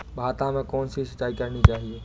भाता में कौन सी सिंचाई करनी चाहिये?